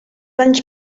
anys